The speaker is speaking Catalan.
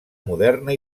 moderna